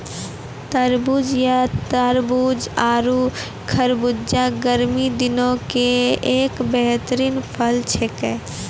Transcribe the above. तरबूज या तारबूज आरो खरबूजा गर्मी दिनों के एक बेहतरीन फल छेकै